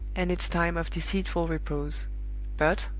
and its time of deceitful repose but,